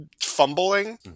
fumbling